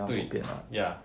对 ya